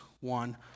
one